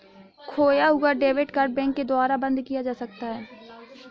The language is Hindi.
खोया हुआ डेबिट कार्ड बैंक के द्वारा बंद किया जा सकता है